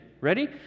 ready